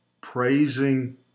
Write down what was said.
praising